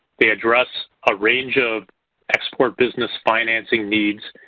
they address a range of export business financing needs,